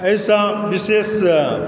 एहिसँ विशेष